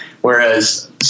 whereas